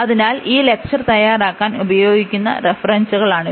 അതിനാൽ ഈ ലെക്ചർ തയ്യാറാക്കാൻ ഉപയോഗിക്കുന്ന റഫറൻസുകളാണ് ഇവ